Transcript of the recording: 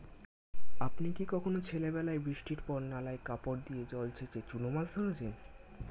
আপনি কি কখনও ছেলেবেলায় বৃষ্টির পর নালায় কাপড় দিয়ে জল ছেঁচে চুনো মাছ ধরেছেন?